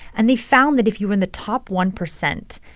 and they found that if you were in the top one percent,